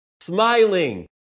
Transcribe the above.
smiling